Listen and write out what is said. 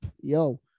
yo